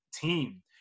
team